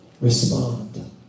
Respond